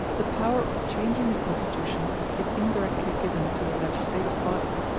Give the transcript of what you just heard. the power of changing the constitution is indirectly given to the legislative body,